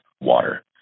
water